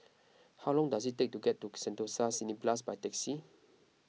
how long does it take to get to Sentosa Cineblast by taxi